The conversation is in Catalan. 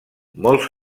molts